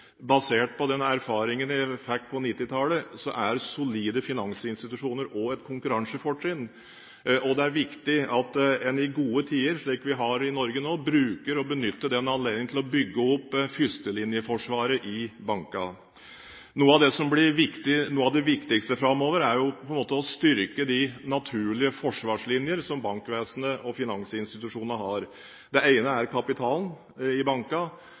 basert på den erfaringen jeg fikk på 1990-tallet, er solide finansinstitusjoner også et konkurransefortrinn. Det er viktig at en i gode tider, slik vi har i Norge nå, bruker og benytter den anledningen til å bygge opp førstelinjeforsvaret i bankene. Noe av det viktigste framover er å styrke de naturlige forsvarslinjer som bankvesenet og finansinstitusjonene har. Det ene er kapitalen i